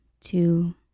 two